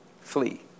Flee